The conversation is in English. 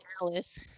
Dallas